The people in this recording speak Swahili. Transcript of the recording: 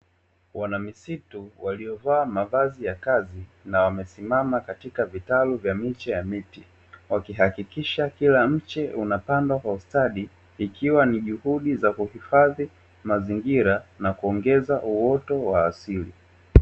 Wana misitu walio vaa mavazi ya kazi na wamesimama katika vitalu vya miche ya miti wakihakikisha kila mche unapandwa kwa ustadi, ikiwa ni juhudi za kuhifazi mazingira na kuongeza uoto wa asili.